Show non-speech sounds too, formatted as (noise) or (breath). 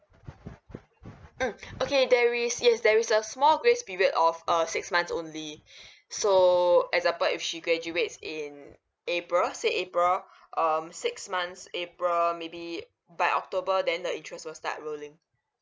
mm okay there is yes there is a small grace period of uh six months only (breath) so example if she graduates in april say april um six months april maybe by october then the interest will start rolling